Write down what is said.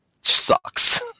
sucks